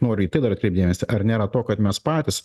noriu į tai dar atkreipt dėmesį ar nėra to kad mes patys